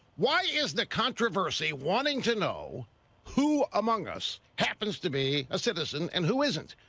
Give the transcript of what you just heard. why is the controversy wanting to know who among us happens to be a citizen and who isn't?